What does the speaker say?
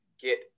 get